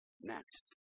next